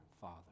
Father